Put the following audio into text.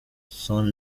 son